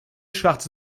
schwarz